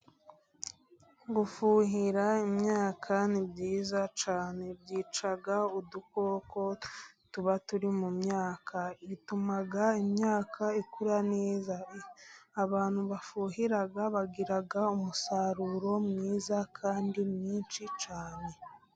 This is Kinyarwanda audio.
Gufuhira imyaka ni byiza cyane, byica udukoko tuba turi mu myaka, bituma imyaka ikura neza, abantu bafuhira bagira umusaruro mwiza kandi mwinshi cyane.